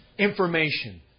Information